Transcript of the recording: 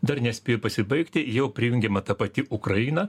dar nespėjo pasibaigti jau prijungiama ta pati ukraina